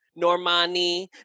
Normani